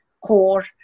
core